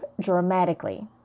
dramatically